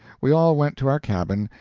we all went to our cabin,